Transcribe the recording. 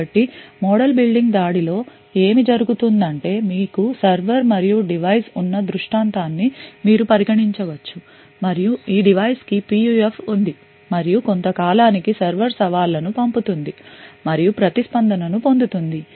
కాబట్టి model building దాడి లో ఏమి జరుగుతుందంటే మీకు సర్వర్ మరియు డివైస్ ఉన్న దృష్టాంతాన్ని మీరు పరిగణించవచ్చు మరియు ఈ డివైస్ కి PUF ఉంది మరియు కొంత కాలానికి సర్వర్ సవాళ్లను పంపుతుంది మరియు ప్రతిస్పందనను పొందుతుంది